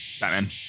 Batman